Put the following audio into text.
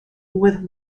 with